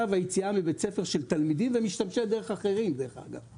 והיציאה מבית ספר של תלמידים ומשתמשי דרך אחרים דרך אגב,